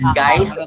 guys